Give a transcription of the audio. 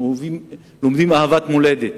הם לומדים אהבת מולדת.